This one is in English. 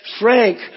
Frank